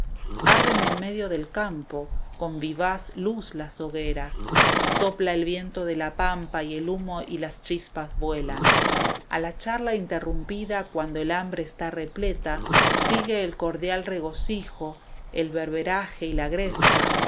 arden en medio del campo con viva luz las hogueras sopla el viento de la pampa la cautiva y el humo y las chispas vuelan a la charla interrumpida cuandael hambre está repleta sigue el cordial regocijo el beberaje y la gresca que